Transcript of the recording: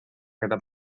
keda